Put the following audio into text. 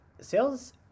sales